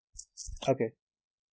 okay